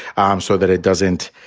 um so that it doesn't,